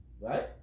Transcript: Right